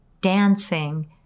dancing